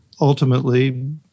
ultimately